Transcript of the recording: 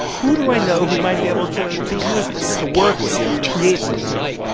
who do i know who might be able to to use this, to work with it, to create something with it?